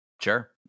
sure